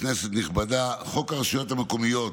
כנסת נכבדה, חוק הרשויות המקומיות,